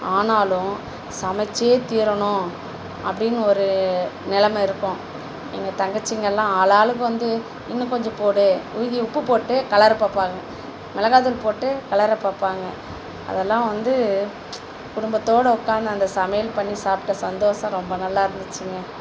ஆனாலும் சமைச்சே தீரணும் அப்படின்னு ஒரு நிலைம இருக்கும் எங்க தங்கச்சிங்கள்லாம் ஆளாளுக்கு வந்து இன்னும் கொஞ்சம் போடு மீதி உப்பு போட்டு கலரை பார்ப்பாங்க மிளகாத் தூள் போட்டு கலரை பார்ப்பாங்க அதெல்லாம் வந்து குடும்பத்தோட உட்காந்து அந்த சமையல் பண்ணி சாப்பிட்ட சந்தோஷம் ரொம்ப நல்லாருந்துச்சுங்க